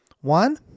One